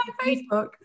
Facebook